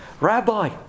Rabbi